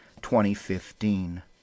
2015